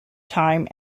time